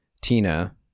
Tina